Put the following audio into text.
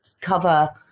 cover